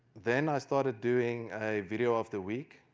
then i started doing a video of the week,